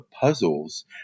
puzzles